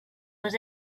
was